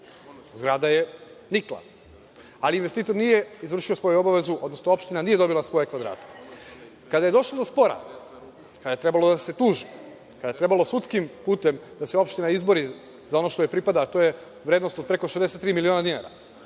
zgrada je nikla, ali investitor nije izvršio svoju obavezu, odnosno opština nije dobila svoje kvadrate. Kada je došlo do spora, kada je trebalo da se tuži, kada je trebalo sudskim putem da se opština izbori za ono što joj pripada, a to je vrednost od preko 63 miliona dinara,